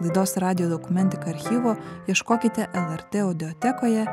laidos radijo dokumentika archyvo ieškokite lrt audiotekoje